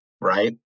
right